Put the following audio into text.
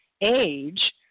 age